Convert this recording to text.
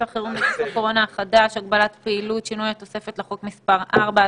חירום (נגיף הקורונה החדש - הגבלת פעילות) (שינוי התוספת לחוק) (מס' 4),